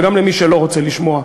וגם למי שלא רוצה לשמוע,